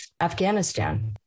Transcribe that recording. Afghanistan